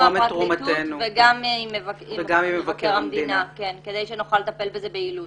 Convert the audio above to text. הפרקליטות וגם עם מבקר המדינה כדי שנוכל לטפל בזה ביעילות.